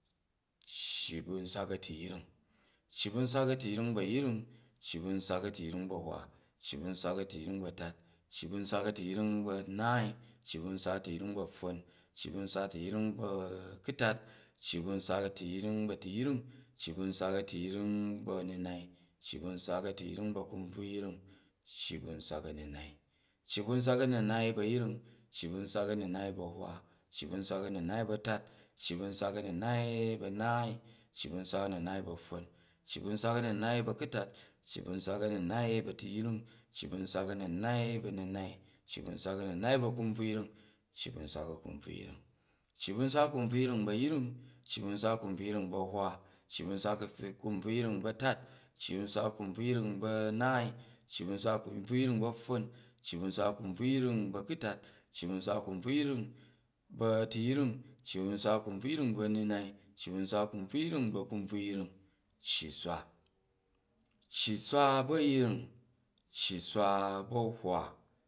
Cci bu̱ nswak a̱tuyring, cci bu̱ nswak a̱tuyring bu̱ a̱yring, cci bu̱ nswak a̱tuyring bu̱ a̱hwa, cci bu̱ nswak a̱tuyring bu̱ a̱tat, cci bu̱ nswak a̱tuyring bu̱ a̱naai, cci bu̱ nswak a̱tuyring bu̱ a̱pffon, cci bu̱ nswak a̱tuyring bu̱ a̱kutat cci bu̱ nswak a̱tuyring bu̱ a̱tuyring, cci bu̱ nswak a̱tuyring bu̱ a̱nunai, cci bu̱ nswak a̱tuyring bu̱ akunbvuyring, cci bu̱ nswak a̱nunai, cci bu̱ nswak a̱nunai bu̱ a̱yring, cci bu̱ nswak a̱nunai bu̱ a̱hwa, bu̱ nswak a̱nunai bu̱ a̱tat, cci bu̱ nswak a̱nunai bu̱ a̱naai, cci bu̱ nswak a̱nunai bu̱ a̱pffon, cci bu̱ nswak a̱nunai bu̱ a̱kutat, cci bu̱ nswak a̱nunai bu̱ a̱tuyring cci bu̱ nswak a̱nunai bu̱ a̱munai cci bu̱ nswak a̱nunai bu̱ a̱kunbvuyring cci bu̱ nswak a̱kunbvuyring bu̱ a̱yring cci bu̱ nswak a̱kunbvuyring bu̱ a̱hwa cci bu̱ nswak a̱kunbvuyring bu̱ a̱tat cci bu̱ nswak a̱kunbvuyring bu̱ a̱naai cci bu̱ nswak a̱kunbvuyring bu̱ a̱pffon cci bu̱ nswak a̱kunbvuyring bu̱ a̱kutat cci bu̱ nswak a̱kunbvuyring bu̱ a̱tuyring cci bu̱ nswak a̱kunbvuyring bu̱ a̱nunai cci bu̱ nswak a̱kunbvuyring bu̱ a̱kunbvuyring, cci swa, cci swa bu̱ a̱yring cci suh bu a̱hwa,